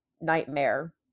nightmare